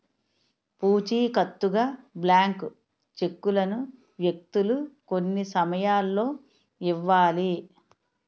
పూచికత్తుగా బ్లాంక్ చెక్కులను వ్యక్తులు కొన్ని సమయాల్లో ఇవ్వాలి